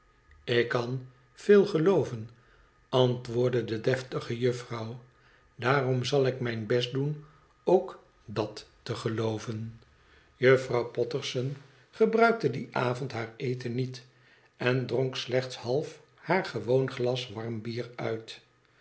ik kan veel gelooven antwoordde de deftige juffrouw daarom zal ik mijn best doen ook dè t te gelooven juffrouw potterson gebruikte dien avond haar eten niet en dronk slechts half haar gewoon glas warm bier uit